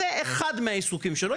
זה אחד מהעיסוקים שלו,